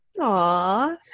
Aw